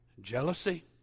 jealousy